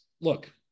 look